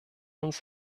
uns